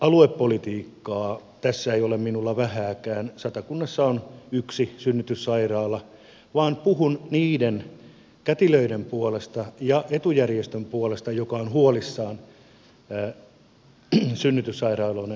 aluepolitiikkaa tässä ei ole minulla vähääkään satakunnassa on yksi synnytyssairaala vaan puhun niiden kätilöiden puolesta ja etujärjestöjen puolesta jotka ovat huolissaan synnytyssairaaloiden sulkemisesta